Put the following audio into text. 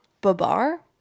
Babar